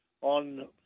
on